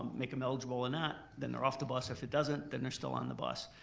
make em eligible or not. then they're off the bus, if it doesn't, then they're still on the bus.